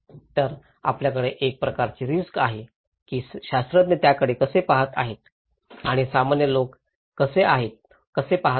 तर आपल्याकडे एक प्रकारचे रिस्क आहे की शास्त्रज्ञ त्याकडे कसे पहात आहेत आणि सामान्य लोक कसे पहात आहेत